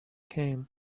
came